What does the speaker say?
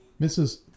Mrs